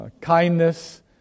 kindness